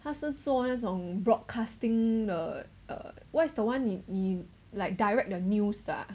他是做那种 broadcasting 的 err what's the one 你你 like direct the news 的啊